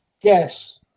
Yes